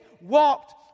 walked